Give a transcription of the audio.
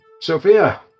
Sophia